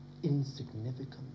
insignificant